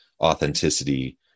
authenticity